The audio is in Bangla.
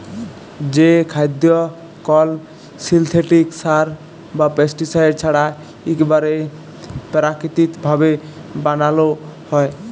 যে খাদ্য কল সিলথেটিক সার বা পেস্টিসাইড ছাড়া ইকবারে পেরাকিতিক ভাবে বানালো হয়